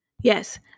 Yes